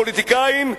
הפוליטיקאים,